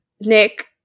Nick